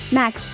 Max